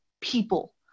people